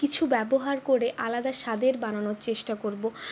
কিছু ব্যবহার করে আলাদা স্বাদের বানানোর চেষ্টা করব